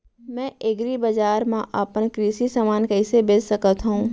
मैं एग्रीबजार मा अपन कृषि समान कइसे बेच सकत हव?